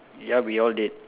ya we all did